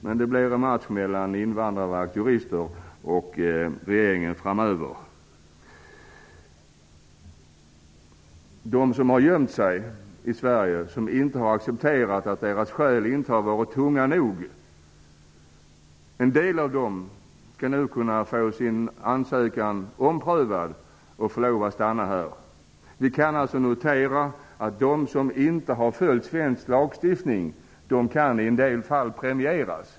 Men det blir en match mellan Invandrarverkets jurister och regeringen framöver. En del av dem som har gömt sig i Sverige, därför att de inte har accepterat att deras skäl inte har varit tunga nog, skall nu kunna få sin ansökan omprövad och kunna få stanna här. Vi kan alltså notera att de som inte har följt svensk lagstiftning i en del fall kan premieras.